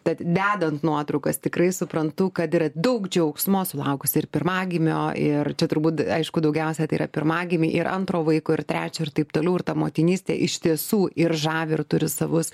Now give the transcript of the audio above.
tad dedant nuotraukas tikrai suprantu kad yra daug džiaugsmo sulaukus ir pirmagimio ir čia turbūt aišku daugiausiai tai yra pirmagimiai ir antro vaiko ir trečio ir taip toliau ir ta motinystė iš tiesų ir žavi ir turi savus